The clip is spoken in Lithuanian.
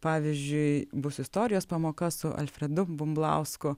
pavyzdžiui bus istorijos pamoka su alfredu bumblausku